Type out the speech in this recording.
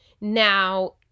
Now